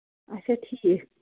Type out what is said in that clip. اَچھا ٹھیٖک